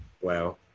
wow